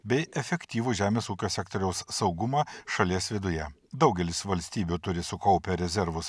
bei efektyvų žemės ūkio sektoriaus saugumą šalies viduje daugelis valstybių turi sukaupę rezervus